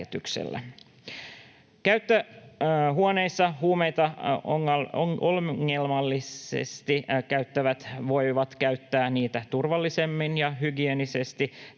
Käyttöhuoneissa huumeita ongelmallisesti käyttävät voivat käyttää niitä turvallisemmin ja hygieenisesti